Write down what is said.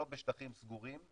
לא בשטחים סגורים,